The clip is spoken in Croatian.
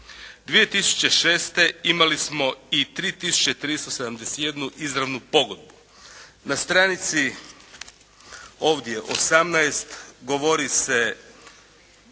2006. imali smo i 3 tisuće 3371 izravnu pogodbu. Na stranici ovdje 18, govori se